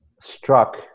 struck